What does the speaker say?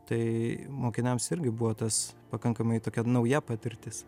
tai mokiniams irgi buvo tas pakankamai tokia nauja patirtis